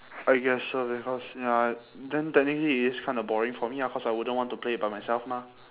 I guess so because ya then technically it is kind of boring for me lah cause I wouldn't want to play it by myself mah